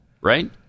right